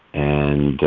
and,